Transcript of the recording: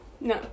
no